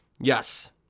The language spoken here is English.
Yes